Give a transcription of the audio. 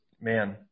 man